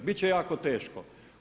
Bit će jako teško.